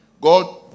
God